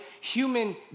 human